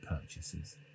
purchases